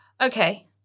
Okay